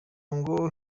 ngo